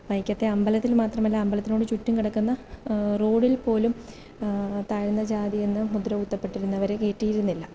വൈക്കത്തെ അമ്പലത്തിൽ മാത്രമല്ല അമ്പലത്തിനോട് ചുറ്റും കിടക്കുന്ന റോഡിൽ പോലും താഴ്ന്ന ജാതിയെന്ന മുദ്രകുത്തപ്പെട്ടിരുന്നവരെ കയറ്റിയിരുന്നില്ല